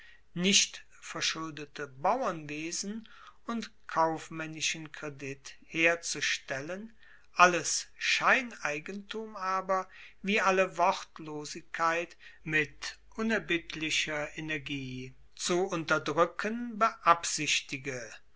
nicht verschuldete bauernwesen und kaufmaennischen kredit herzustellen alles scheineigentum aber wie alle wortlosigkeit mit unerbittlicher energie zu unterdruecken beabsichtige